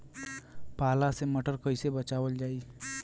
पाला से मटर कईसे बचावल जाई?